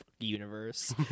Universe